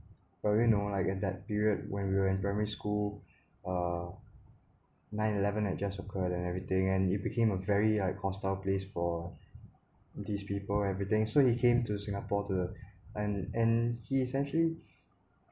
but you know like at that period when we were in primary school uh nine eleven had just occurred and everything and it became a very high hostile place for these people everything so he came to singapore to and and he essentially